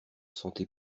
santé